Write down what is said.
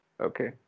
Okay